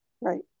Right